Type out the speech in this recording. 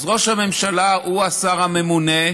אז ראש הממשלה הוא השר הממונה,